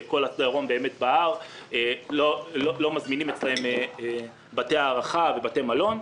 כי כל הדרום באמת בער ולא מזמינים אצלם בתי הארחה ובתי מלון,